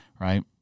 Right